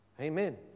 Amen